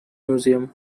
museum